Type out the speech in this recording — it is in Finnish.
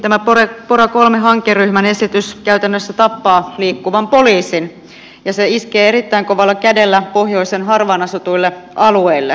tämä pora iii hankeryhmän esitys käytännössä tappaa liikkuvan poliisin ja se iskee erittäin kovalla kädellä pohjoisen harvaan asutuille alueille